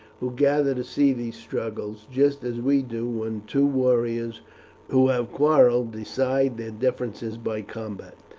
who gather to see these struggles just as we do when two warriors who have quarrelled decide their differences by combat.